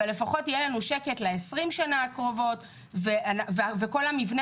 אבל לפחות יהיה לנו שקט לעשרים השנים הקרובות וכל המבנה